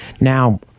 Now